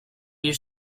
you